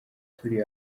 turi